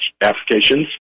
applications